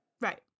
Right